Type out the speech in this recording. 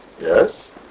Yes